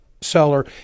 seller –